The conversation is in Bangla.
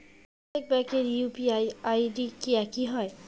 প্রত্যেক ব্যাংকের ইউ.পি.আই আই.ডি কি একই হয়?